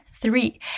Three